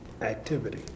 activity